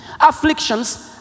afflictions